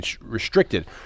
restricted